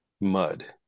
mud